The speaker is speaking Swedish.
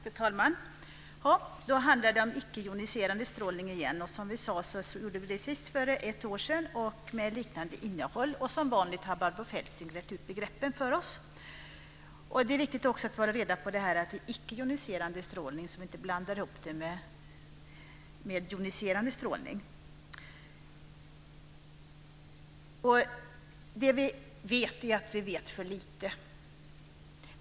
Fru talman! Då handlar det om icke joniserande strålning igen. Som sades debatterade vi det senast för ett år sedan med liknande innehåll. Som vanligt har Barbro Feltzing rett ut begreppen åt oss. Det är också viktigt att hålla reda på att det är icke joniserande strålning så att vi inte blandar ihop det med joniserande strålning. Det vi vet är att vi vet för lite.